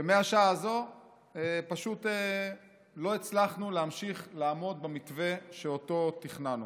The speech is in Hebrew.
ומהשעה הזו לא הצלחנו להמשיך לעמוד במתווה שאותו תכננו.